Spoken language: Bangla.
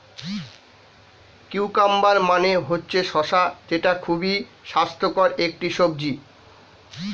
কিউকাম্বার মানে হচ্ছে শসা যেটা খুবই স্বাস্থ্যকর একটি সবজি